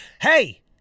hey